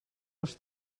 els